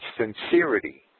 sincerity